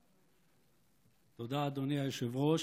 תודה, אדוני היושב-ראש.